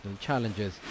challenges